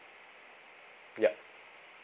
yup